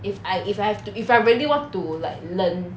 if I if I have to if I really want to like learn